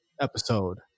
episode